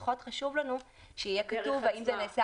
אבל פחות חשוב לנו להגיד האם זה נעשה